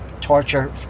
torture